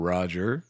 Roger